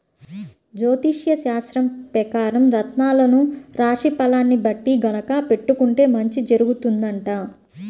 జ్యోతిష్యశాస్త్రం పెకారం రత్నాలను రాశి ఫలాల్ని బట్టి గనక పెట్టుకుంటే మంచి జరుగుతుందంట